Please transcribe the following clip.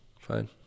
Fine